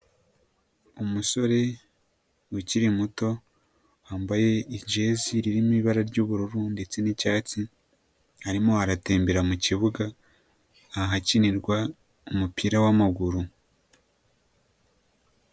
Umusore ukiri muto wambaye ijezi ririmo ibara ry'ubururu, ndetse nicyatsi, arimo aratembera mu kibuga ahakinirwa umupira w'amaguru.